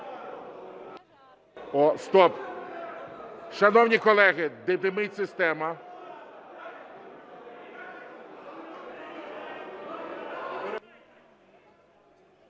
Стоп! Шановні колеги, димить система.